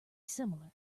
similar